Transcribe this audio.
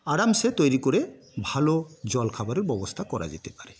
আরামসে তৈরি করে ভালো জলখাবারের ব্যবস্থা করা যেতে পারে